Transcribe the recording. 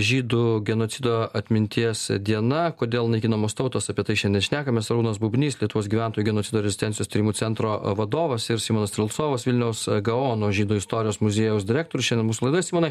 žydų genocido atminties diena kodėl naikinamos tautos apie tai šiandien šnekamės arūnas bubnys lietuvos gyventojų genocido rezistencijos tyrimų centro vadovas ir simonas strelcovas vilniaus gaono žydų istorijos muziejaus direktorius šiandien mūsų laidoje simonai